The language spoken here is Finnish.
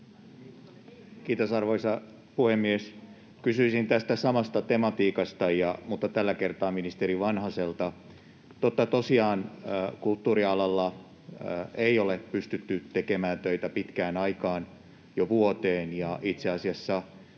Kiitos, arvoisa puhemies! Kysyisin tästä samasta tematiikasta, mutta tällä kertaa ministeri Vanhaselta. Totta tosiaan kulttuurialalla ei ole pystytty tekemään töitä pitkään aikaan, jo vuoteen,